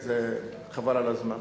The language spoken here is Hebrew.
חבל על הזמן.